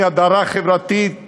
עוני והדרה חברתית,